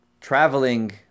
traveling